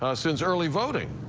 ah since early voting.